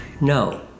No